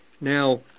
now